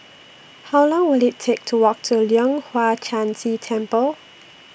How Long Will IT Take to Walk to Leong Hwa Chan Si Temple